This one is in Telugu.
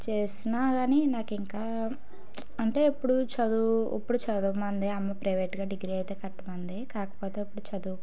చేసినా కానీ నాకు ఇంకా అంటే ఇప్పుడు చదువు ఇప్పుడు చదువమనింది అమ్మ ప్రైవేట్గా డిగ్రీ అయితే కట్టమనింది కాకపోతే ఇప్పుడు చదువు